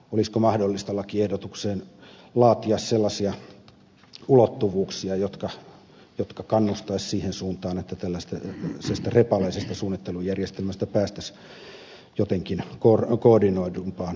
olisiko mahdollista lakiehdotukseen laatia sellaisia ulottuvuuksia jotka kannustaisivat siihen suuntaan että tällaisesta repaleisesta suunnittelujärjestelmästä päästäisiin jotenkin koordinoidumpaan järjestelmään